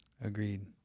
Agreed